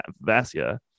Vasya